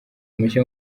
mushya